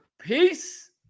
Peace